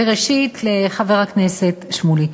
וראשית לחבר הכנסת שמולי.